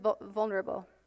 vulnerable